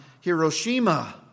Hiroshima